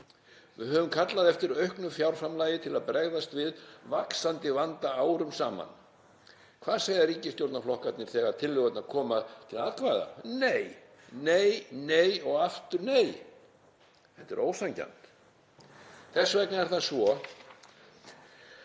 Við höfum kallað eftir auknu fjárframlagi til að bregðast við vaxandi vanda árum saman. Hvað segja ríkisstjórnarflokkarnir þegar tillögurnar koma til atkvæða? Nei, nei og aftur nei. Þetta er ósanngjarnt. Þess vegna er það svo